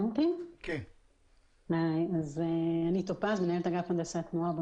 אני מנהלת אגף הנדסת תנועה במשרד.